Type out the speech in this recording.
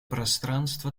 пространство